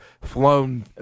flown